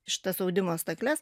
šitas audimo stakles